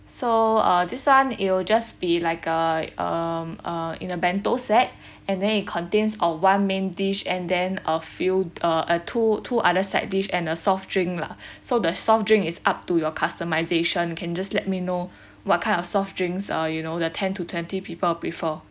so uh this [one] it'll just be like uh um uh in a bento set and then it contains of one main dish and then a few uh two two other side dish and a soft drink lah so the soft drink is up to your customization can just let me know what kind of soft drinks uh you know the ten to twenty people prefer